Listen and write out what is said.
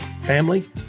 family